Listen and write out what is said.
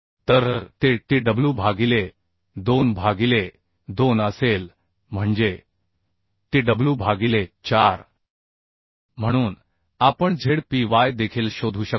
तर ते tw भागिले 2 भागिले 2 असेल म्हणजे tw भागिले 4 म्हणून आपण zpy देखील शोधू शकतो